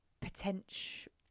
potential